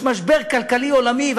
יש משבר כלכלי עולמי,